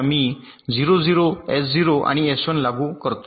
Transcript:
तर मी 0 0 एस 0 आणि एस 1 लागू करते